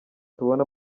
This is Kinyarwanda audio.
tubona